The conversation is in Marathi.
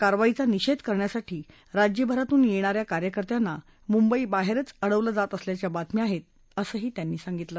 कारवाईचा निषेध करण्यासाठी राज्यभरातून येणा या कार्यकर्त्यांना मुंबई बाहेरच अडवलं जात असल्याच्या बातम्या आहेत असं त्यांनी सांगितलं